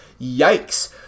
Yikes